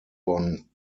von